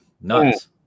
nuts